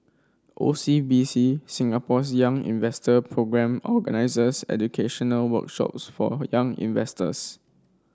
O C B C Singapore's Young Investor Programme organizes educational workshops for young investors